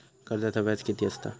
कर्जाचा व्याज कीती असता?